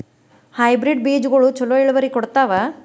Hybrid ಬೇಜಗೊಳು ಛಲೋ ಇಳುವರಿ ಕೊಡ್ತಾವ?